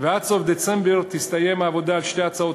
ועד סוף דצמבר תסתיים העבודה על שתי הצעות